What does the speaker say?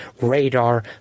radar